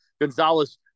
Gonzalez